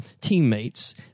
teammates